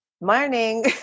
morning